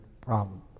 problem